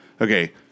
Okay